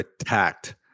attacked